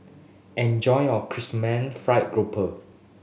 enjoy your Chrysanthemum Fried Grouper